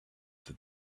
that